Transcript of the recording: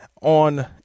on